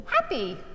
Happy